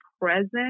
present